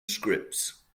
scripts